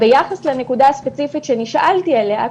ביחס לנקודה הספציפית שנשאלתי עליה,